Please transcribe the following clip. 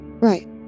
Right